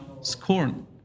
Scorn